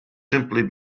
simply